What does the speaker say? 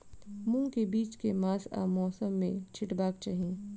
मूंग केँ बीज केँ मास आ मौसम मे छिटबाक चाहि?